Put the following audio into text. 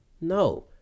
No